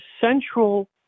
central